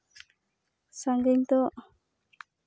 ᱥᱟᱺᱜᱤᱧ ᱫᱚ